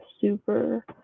super